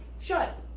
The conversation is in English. shut